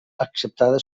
acceptada